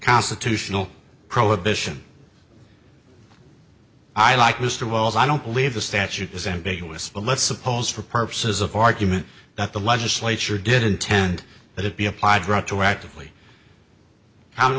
constitutional prohibition i like mr wells i don't believe the statute is ambiguous but let's suppose for purposes of argument that the legislature did intend that it be applied retroactively